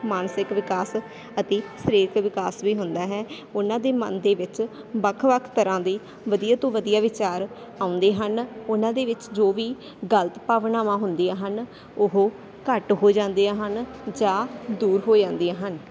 ਮਾਨਸਿਕ ਵਿਕਾਸ ਅਤੇ ਸਰੀਰਿਕ ਵਿਕਾਸ ਵੀ ਹੁੰਦਾ ਹੈ ਉਹਨਾਂ ਦੇ ਮਨ ਦੇ ਵਿੱਚ ਵੱਖ ਵੱਖ ਤਰ੍ਹਾਂ ਦੀ ਵਧੀਆ ਤੋਂ ਵਧੀਆ ਵਿਚਾਰ ਆਉਂਦੇ ਹਨ ਉਹਨਾਂ ਦੇ ਵਿੱਚ ਜੋ ਵੀ ਗਲਤ ਭਾਵਨਾਵਾਂ ਹੁੰਦੀਆਂ ਹਨ ਉਹ ਘੱਟ ਹੋ ਜਾਂਦੀਆਂ ਹਨ ਜਾਂ ਦੂਰ ਹੋ ਜਾਂਦੀਆਂ ਹਨ